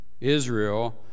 Israel